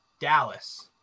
Dallas